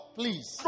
please